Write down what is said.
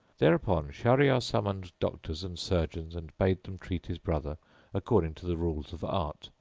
thereupon shahryar summoned doctors and surgeons and bade them treat his brother according to the rules of art,